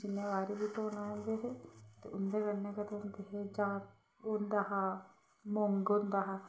जिन्ने बारी बी धोने होंदे हे ते उंदे कन्नै गै धोंदे हे जां ओह् होंदा हा मोंग होंदा हा